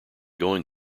going